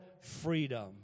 freedom